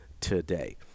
today